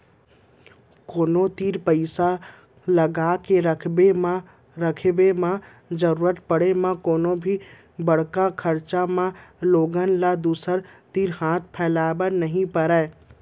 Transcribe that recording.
कोनो तीर पइसा ल लगाके रखब म जरुरत पड़े म कोनो भी बड़का खरचा म लोगन ल दूसर तीर हाथ फैलाए बर नइ परय